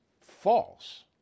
false